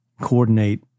coordinate